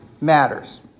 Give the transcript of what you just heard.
matters